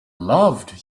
loved